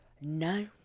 No